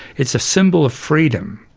it's a symbol of freedom.